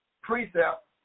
precept